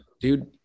Dude